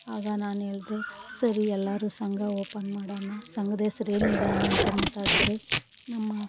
ಆಗ ನಾನೇಳ್ದೆ ಸರಿ ಎಲ್ಲರು ಸಂಘ ಓಪನ್ ಮಾಡೋಣ ಸಂಘದೆಸ್ರ್ ಏನಿಡೋಣ ಅಂತ ಮಾತಾಡಿದ್ರಿ ನಮ್ಮ